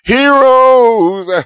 Heroes